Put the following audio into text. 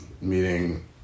meeting